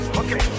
okay